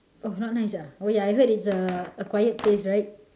oh not nice ah oh ya I heard it's a a quiet place right